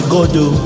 Godo